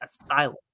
asylum